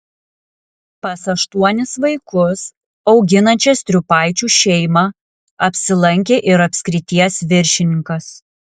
pas aštuonis vaikus auginančią striupaičių šeimą apsilankė ir apskrities viršininkas